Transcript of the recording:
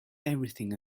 everything